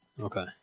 Okay